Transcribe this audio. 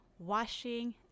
washing